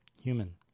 human